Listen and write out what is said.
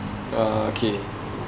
uh K